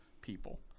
people